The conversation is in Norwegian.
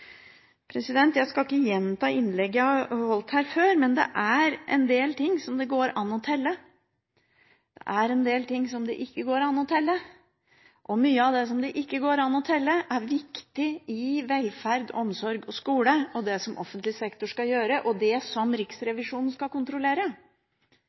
Jeg skal ikke gjenta innlegg jeg har holdt her før, men det er en del ting som det går an å telle, og det er en del ting som det ikke går an å telle. Mye av det som det ikke går an å telle, er viktig i velferd, omsorg og skole og det som offentlig sektor skal gjøre, og det som